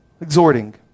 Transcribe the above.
Exhorting